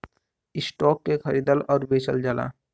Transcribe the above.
stock के खरीदल आउर बेचल जाला